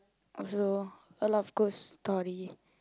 also a lot of ghost story